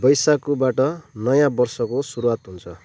बैसागुबाट नयाँ वर्षको सुरुवात हुन्छ